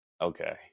Okay